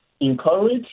encourage